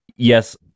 Yes